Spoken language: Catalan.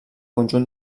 conjunt